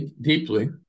deeply